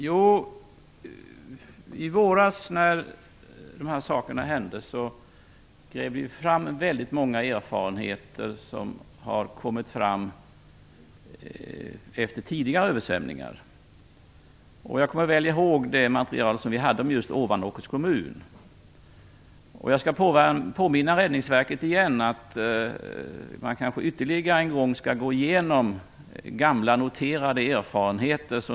Herr talman! När dessa saker hände i våras, så grävde vi upp många erfarenheter som har kommit fram efter tidigare översvämningar. Jag kommer väl ihåg just det material som vi hade om Ovanåkers kommun. Jag skall påminna Rädddningsverket om att man kanske ytterligare en gång skall gå igenom gamla noterade erfarenheter.